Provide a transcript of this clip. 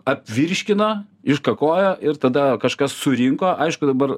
apvirškina iškakoja ir tada kažkas surinko aišku dabar